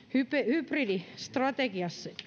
hybridistrategiaksi